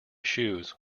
shoes